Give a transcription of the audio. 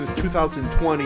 2020